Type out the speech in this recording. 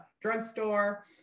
drugstore